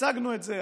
הצגנו את זה,